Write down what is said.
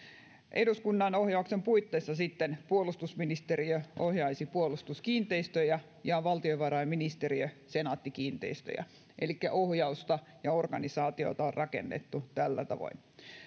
eduskunnan ohjauksen puitteissa sitten puolustusministeriö ohjaisi puolustuskiinteistöjä ja valtiovarainministeriö senaatti kiinteistöjä elikkä ohjausta ja organisaatiota on rakennettu tällä tavoin